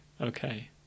okay